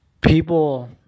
people